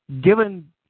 Given